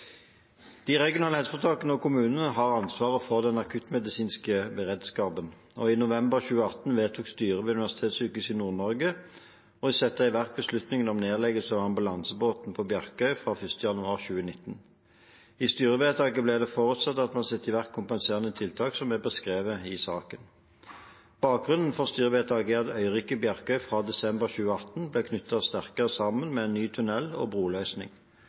De regionale helseforetakene og kommunene har ansvaret for den akuttmedisinske beredskapen, og i november 2018 vedtok styret ved Universitetssykehuset i Nord-Norge å sette i verk beslutningen om nedleggelse av ambulansebåten på Bjarkøy fra 1. januar 2019. I styrevedtaket ble det forutsatt at man setter i verk kompenserende tiltak som er beskrevet i saken. Bakgrunnen for styrevedtaket er at øyriket Bjarkøy fra desember 2018 ble knyttet sterkere sammen med ny tunnel- og broløsning.